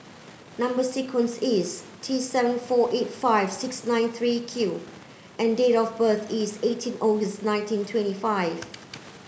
number sequence is T seven four eight five six nine three Q and date of birth is eighteen August nineteen twenty five